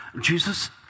Jesus